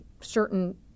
certain